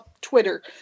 Twitter